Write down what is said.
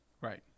Right